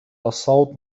الصوت